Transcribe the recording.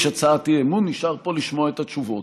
הצעת אי-אמון נשאר פה לשמוע את התשובות.